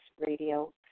radio